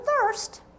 thirst